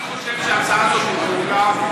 אני חושב שההצעה הזאת היא ראויה.